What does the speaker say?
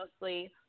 mostly